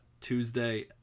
Tuesday